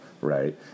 right